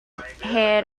head